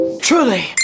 truly